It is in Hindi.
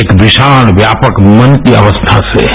एक विशाल व्यापक मन की अवस्था से है